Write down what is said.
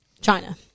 China